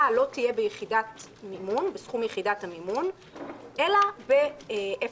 לא תהיה בסכום יחידת המימון אלא ב-0.8,